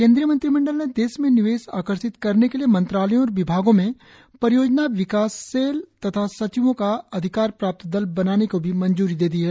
केंद्रीय मंत्रिमंडल ने देश में निवेश आकर्षित करने के लिए मंत्रालयों और विभागों में परियोजना विकास सेल तथा सचिवों का अधिकार प्राप्त दल बनाने को भी मंजूरी दे दी है